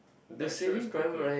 that sure is quite good